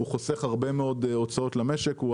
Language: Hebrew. זה חוסך הרבה מאוד הוצאות למשק וזה